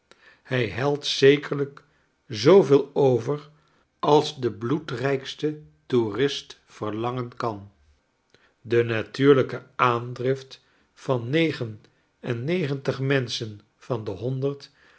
hij helt zekerlijk zooveel over als de bloedrijkste toerist verlangen kan de natuurlijke aandrift van negen en negentig menschen van de honderd